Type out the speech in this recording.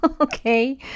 Okay